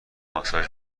ماساژ